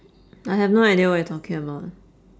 I have no idea what you're talking about